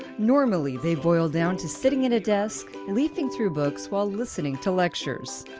normally they boil down to sitting at a desk, leafing through books, while listening to lectures.